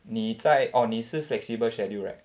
你在 orh 你是 flexible schedule right